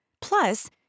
Plus